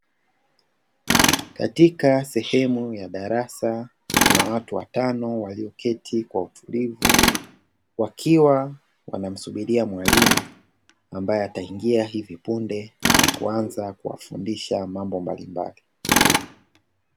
Katika sehemu ya darasa, kuna watu watano walioketi kwa utulivu. Wakiwa wanamsubiria mwalimu ambaye ataingia hivi punde, na kuanza kuwafundisha mambo mbalimbali.